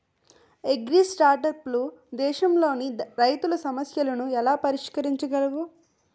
అగ్రిస్టార్టప్లు దేశంలోని రైతుల సమస్యలను ఎలా పరిష్కరించగలవు?